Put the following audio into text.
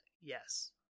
yes